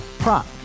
Prop